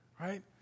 Right